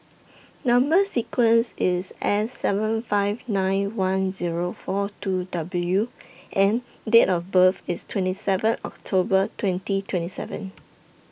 Number sequence IS S seven five nine one Zero four two W and Date of birth IS twenty seven October twenty twenty seven